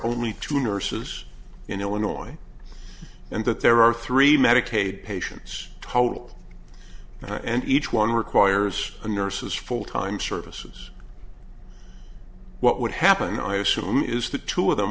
only two nurses in illinois and that there are three medicaid patients total and each one requires a nurses full time services what would happen i assume is that two of them